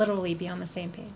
literally be on the same page